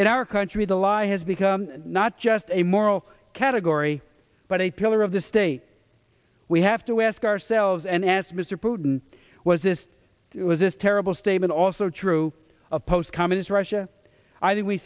in our country the lie has become not just a moral category but a pillar of the state we have to ask ourselves and ask mr putin was this was this terrible statement also true of post communist russia i did we